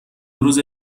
روزه